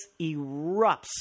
erupts